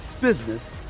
business